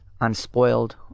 unspoiled